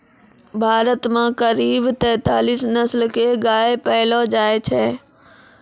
भारत मॅ करीब तेतालीस नस्ल के गाय पैलो जाय छै